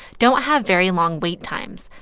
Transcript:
don't have very long wait times.